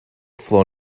flow